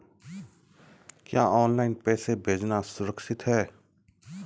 क्या ऑनलाइन पैसे भेजना सुरक्षित है?